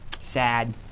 Sad